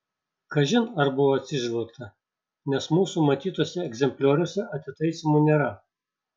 kažin ar buvo atsižvelgta nes mūsų matytuose egzemplioriuose atitaisymų nėra